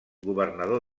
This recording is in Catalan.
governador